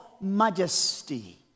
majesty